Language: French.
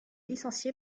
licencié